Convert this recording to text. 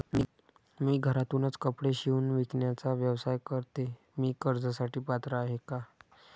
मी घरातूनच कपडे शिवून विकण्याचा व्यवसाय करते, मी कर्जासाठी पात्र आहे का?